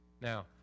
Now